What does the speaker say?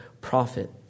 prophet